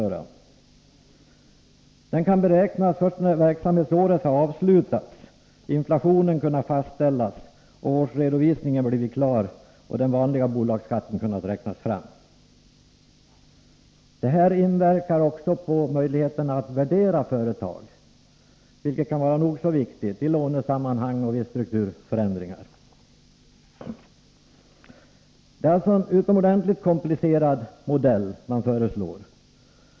Skattebasen kan beräknas först när verksamhetsåret har avslutats, inflationen har kunnat fastställas och årets redovisning blivit klar så att den vanliga bolagsskatten kunnat räknas fram. Detta inverkar också på möjligheterna att kunna värdera företagen, vilket kan vara nog så viktigt i lånesammanhang och vid strukturförändringar. Det är alltså en utomordentligt komplicerad modell som man föreslår.